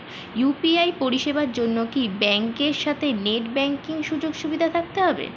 UPI পরিষেবার জন্য কি ব্যাংকের সাথে নেট ব্যাঙ্কিং সুযোগ সুবিধা থাকতে হবে?